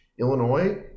Illinois